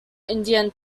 indian